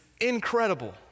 incredible